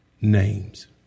names